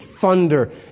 thunder